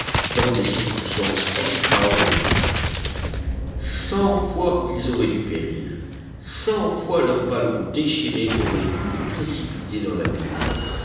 dans des circonstances extraordinaires cent fois ils auraient dû périr cent fois leur ballon déchiré aurait dû les précipiter dans